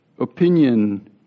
opinion